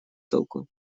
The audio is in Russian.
толку